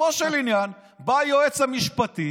בסופו של עניין בא היועץ המשפטי